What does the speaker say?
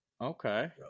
Okay